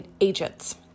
agents